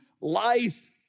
life